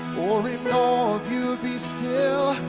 or in awe of you be still?